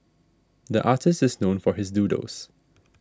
the artist is known for his doodles